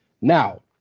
Now